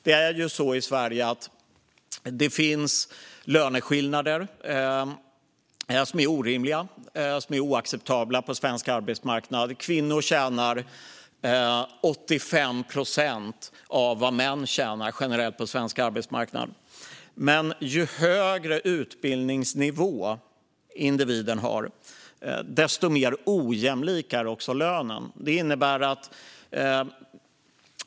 Det är ju så att det finns löneskillnader på svensk arbetsmarknad som är orimliga och oacceptabla. Generellt tjänar kvinnor 85 procent av vad män tjänar på svensk arbetsmarknad. Men ju högre utbildningsnivå individen har, desto mer ojämlik är lönen.